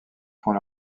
font